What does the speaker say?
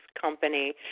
company